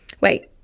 Wait